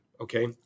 Okay